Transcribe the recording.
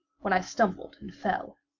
when i stumbled and fell.